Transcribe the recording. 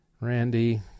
Randy